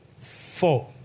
four